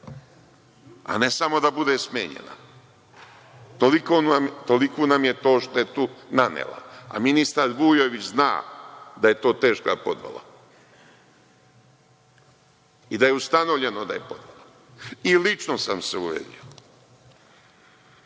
a ne samo da bude smenjena. Toliko nam je to štetu nanelo. Ministar Vujović zna da je to teška podvala. I da je ustanovljeno da je podvala i lično sam se uverio.